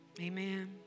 Amen